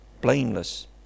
blameless